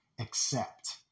accept